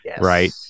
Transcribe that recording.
right